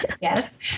Yes